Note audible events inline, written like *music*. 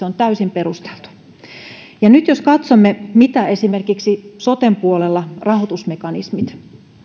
*unintelligible* on täysin perusteltu nyt jos katsomme mitä esimerkiksi soten puolella rahoitusmekanismit